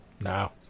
Now